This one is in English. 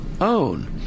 own